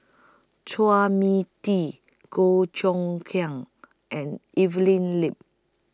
Chua Mia Tee Goh Choon Kang and Evelyn Lip